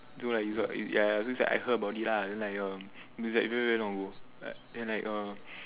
no lah is what ya it's like I heard about it lah then it's like um it's like very very long ago then like uh